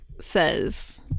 says